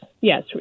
Yes